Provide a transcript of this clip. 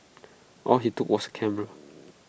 all he took was A camera